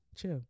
Chill